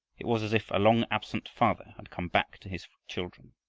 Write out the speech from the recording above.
it was as if a long-absent father had come back to his children.